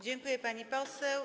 Dziękuję, pani poseł.